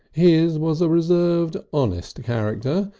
his was a reserved honest character,